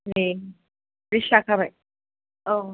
ए लिस जाखाबाय औ